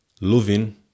loving